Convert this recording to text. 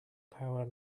power